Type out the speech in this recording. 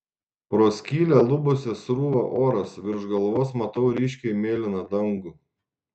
pro skylę lubose srūva oras virš galvos matau ryškiai mėlyną dangų